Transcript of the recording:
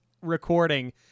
recording